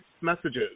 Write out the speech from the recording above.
messages